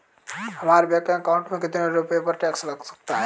हमारे bank account में कितने रुपये पर टैक्स लग सकता है?